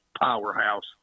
powerhouse